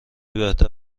بهتر